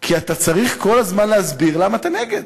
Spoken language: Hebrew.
כי אתה צריך כל הזמן להסביר למה אתה נגד